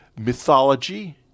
mythology